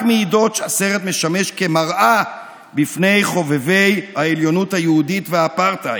רק מעידות שהסרט משמש כמראה בפני חובבי העליונות היהודית והאפרטהייד,